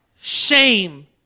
shame